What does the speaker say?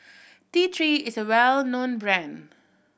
T Three is a well known brand